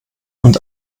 und